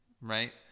right